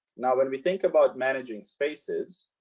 now when we think about managing spaces,